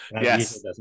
Yes